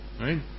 right